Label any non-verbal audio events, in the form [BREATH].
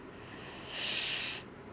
[BREATH]